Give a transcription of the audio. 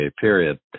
period